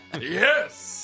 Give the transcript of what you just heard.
Yes